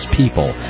people